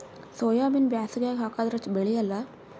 ಸೋಯಾಬಿನ ಬ್ಯಾಸಗ್ಯಾಗ ಹಾಕದರ ಬೆಳಿಯಲ್ಲಾ?